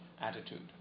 attitude